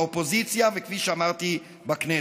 באופוזיציה, וכפי שאמרתי, בכנסת.